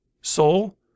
soul